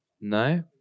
No